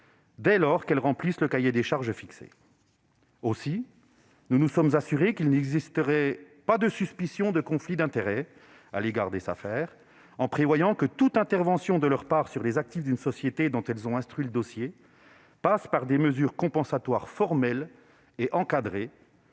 dès lors qu'elles remplissent le cahier des charges fixé. Nous nous sommes assurés qu'il n'existerait pas de suspicion de conflits d'intérêts à l'égard des Safer, en prévoyant que toute intervention de leur part sur les actifs d'une société dont elles ont instruit le dossier passe par des mesures compensatoires formelles et encadrées,